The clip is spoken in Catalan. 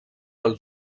pel